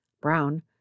Brown